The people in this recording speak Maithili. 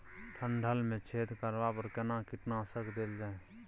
डंठल मे छेद करबा पर केना कीटनासक देल जाय?